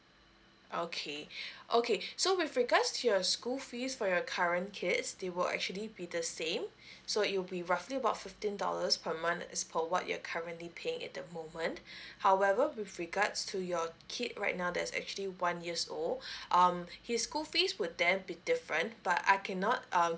okay okay so with regards to your school fees for your current kids they will actually be the same so it will be roughly about fifteen dollars per month as per what you're currently paying at the moment however with regards to your kid right now that is actually one years old um his school fees will then be different but I cannot um